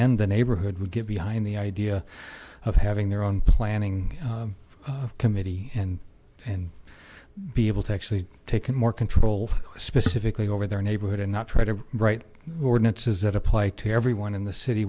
and the neighborhood would get behind the idea of having their own planning committee and and be able to actually take in more control specifically over their neighborhood and not try to write ordinances that apply to everyone in the city